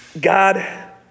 God